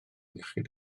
iechyd